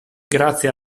grazie